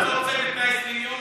אתה רוצה לקיים דיון?